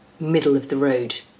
middle-of-the-road